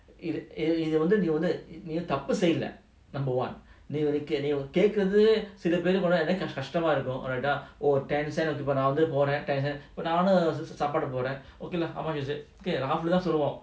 இதுவந்துநீவந்துதப்புசெய்யல:idhu vandhu ne vandhu thappu seyyala number one நீகேக்குறதுசிலபேருகஷ்டமாஇருக்கும்:nee kekurathu silaperu kastama irukum oh ten cent நான்வந்துபோறேன்:nan vandhu poren ten cent இப்போநானும்சாப்பாடுபோடறேன்:ipo nanum sapadu podren okay lah how much is it okay அப்டித்தான்சொல்வோம்:apdithan solvom